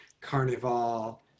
carnival